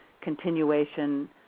continuation